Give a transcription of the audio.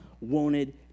wanted